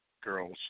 girls